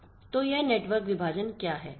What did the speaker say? तो यह नेटवर्क विभाजन क्या है